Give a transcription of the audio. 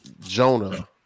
Jonah